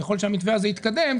ככל שהמתווה הזה יתקדם,